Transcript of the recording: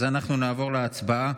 אז אנחנו נעבור להצבעה